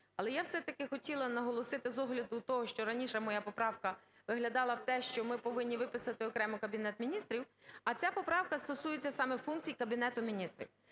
Але я все-таки хотіла наголосити з огляду того, що раніше моя поправка виглядала в те, що ми повинні виписати окремо Кабінет Міністрів, а ця поправка стосується саме функцій Кабінету Міністрів.